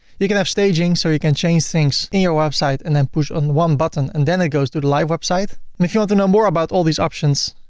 you can have staging so you can change things in your website and then push and one button and then it goes to the live website. and if you want to know more about all these options,